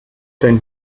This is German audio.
den